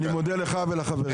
אני מודה לך ולחברים, תודה.